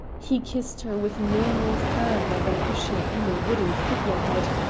he kissed her with no more fervour than if she had been a wooden figurehead,